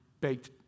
baked